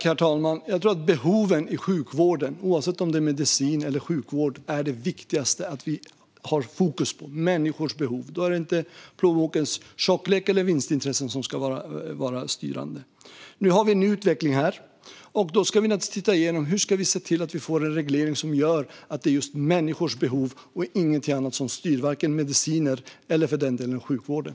Herr talman! Jag tror att människors behov i sjukvården, oavsett om det gäller medicin eller sjukvård, är det viktigaste att ha fokus på. Då är det inte plånbokens tjocklek eller vinstintressen som ska vara styrande. Nu har vi en utveckling här, och vi ska naturligtvis se över hur vi kan få en reglering så att det är människors behov och inget annat som styr medicinerna eller sjukvården.